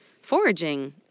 Foraging